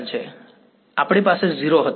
વિદ્યાર્થી આપણી પાસે 0 હતો